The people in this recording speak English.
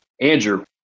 Andrew